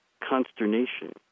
consternation